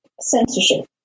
censorship